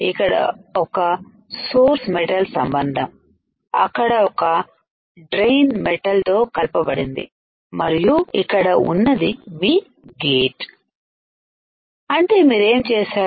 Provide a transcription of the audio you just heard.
అక్కడ ఒక source metal సంబంధం అక్కడ ఒక డ్రైన్ మెటల్ తో కలపబడింది మరియు ఇక్కడ ఉన్నది మీ గేట్ అంటేమీరేం చేశారు